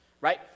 Right